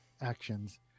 actions